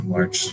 March